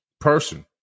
person